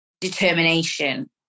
determination